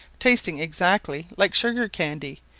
tasting exactly like sugar-candy,